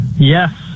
yes